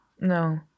No